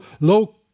low